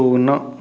ଶୂନ